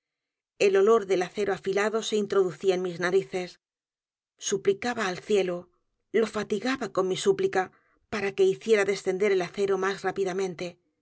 el olor del acero afilado se introducía en mis narices suplicaba al cielo lo fatigaba con mi súplica para que hiciera descender el acero más rápidamente